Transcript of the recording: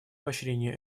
поощрения